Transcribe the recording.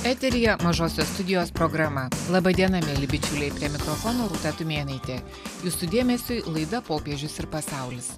eteryje mažosios studijos programa laba diena mieli bičiuliai prie mikrofono rūta tumėnaitė jūsų dėmesiui laida popiežius ir pasaulis